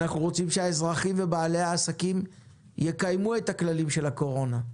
אנחנו רוצים שהאזרחים ובעלי העסקים יקיימו את הכללים של הקורונה,